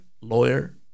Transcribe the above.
lawyer